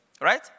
Right